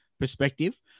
perspective